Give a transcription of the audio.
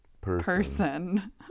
person